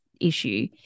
issue